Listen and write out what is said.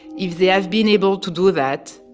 if they have been able to do that,